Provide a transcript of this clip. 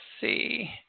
see